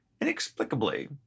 Inexplicably